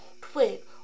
twig